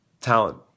talent